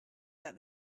that